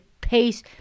pace